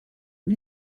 nie